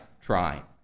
trying